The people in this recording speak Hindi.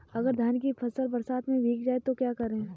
अगर धान की फसल बरसात में भीग जाए तो क्या करें?